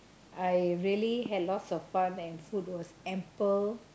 I really had lots of fun and food was ample